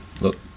Look